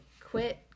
quit